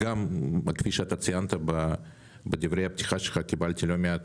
כפי שציינת בדברי הפתיחה שלך, קיבלתי לא מעט